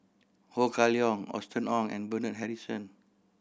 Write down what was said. Ho Kah Leong Austen Ong and Bernard Harrison